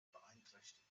beeinträchtigt